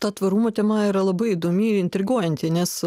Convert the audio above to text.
ta tvarumo tema yra labai įdomi intriguojanti nes